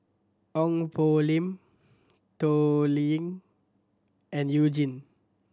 Ong Poh Lim Toh Liying and You Jin